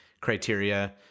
criteria